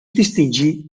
distingir